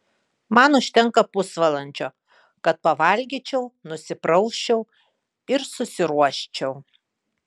man užtenka pusvalandžio kad pavalgyčiau nusiprausčiau ir susiruoščiau